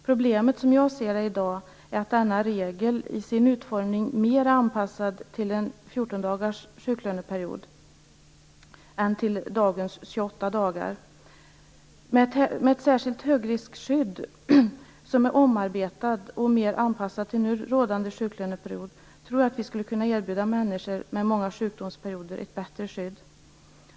Problemet som jag ser det i dag är att denna regel i sin utformning mer är anpassad till en sjuklöneperiod på 14 dagar än till dagens 28 dagar. Med ett särskilt högriskskydd som är omarbetat och mer anpassat till nu rådande sjuklöneperiod tror jag att vi skulle kunna erbjuda människor med många sjukdomsperioder ett bättre skydd.